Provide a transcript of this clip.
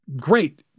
great